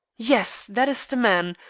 yes, that is the man.